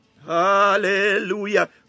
Hallelujah